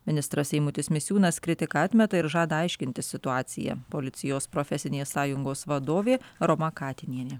ministras eimutis misiūnas kritiką atmeta ir žada aiškintis situaciją policijos profesinės sąjungos vadovė roma katinienė